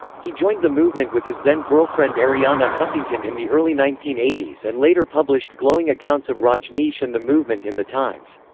he joined the movement with his then girlfriend arianna huffington in the early nineteen eighty s and later published glowing accounts of rajneesh and the movement in the times.